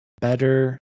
better